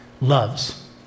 loves